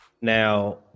now